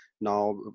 Now